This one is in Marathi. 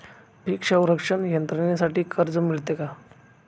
पीक संरक्षण यंत्रणेसाठी कर्ज मिळते का?